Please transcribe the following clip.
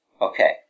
Okay